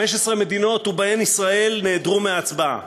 15 מדינות ובהן ישראל נעדרו מההצבעה.